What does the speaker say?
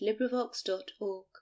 LibriVox.org